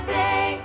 day